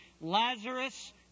Lazarus